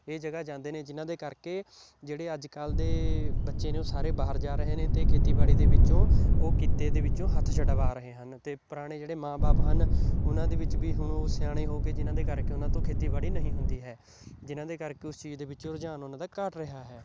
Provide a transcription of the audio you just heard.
ਇਹ ਜਗ੍ਹਾ ਜਾਂਦੇ ਨੇ ਜਿਨ੍ਹਾਂ ਦੇ ਕਰਕੇ ਜਿਹੜੇ ਅੱਜ ਕੱਲ੍ਹ ਦੇ ਬੱਚੇ ਨੇ ਉਹ ਸਾਰੇ ਬਾਹਰ ਜਾ ਰਹੇ ਨੇ ਅਤੇ ਖੇਤੀਬਾੜੀ ਦੇ ਵਿੱਚੋਂ ਉਹ ਕਿੱਤੇ ਦੇ ਵਿੱਚੋਂ ਹੱਥ ਛੁਡਵਾ ਰਹੇ ਹਨ ਅਤੇ ਪੁਰਾਣੇ ਜਿਹੜੇ ਮਾਂ ਬਾਪ ਹਨ ਉਹਨਾਂ ਦੇ ਵਿੱਚ ਵੀ ਹੁਣ ਉਹ ਸਿਆਣੇ ਹੋ ਗਏ ਜਿਨ੍ਹਾਂ ਦੇ ਕਰਕੇ ਉਹਨਾਂ ਤੋਂ ਖੇਤੀਬਾੜੀ ਨਹੀਂ ਹੁੰਦੀ ਹੈ ਜਿਨ੍ਹਾਂ ਦੇ ਕਰਕੇ ਉਸ ਚੀਜ਼ ਦੇ ਵਿੱਚ ਰੁਝਾਨ ਉਹਨਾਂ ਦਾ ਘੱਟ ਰਿਹਾ ਹੈ